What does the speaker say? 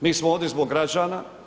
Mi smo ovdje zbog građana.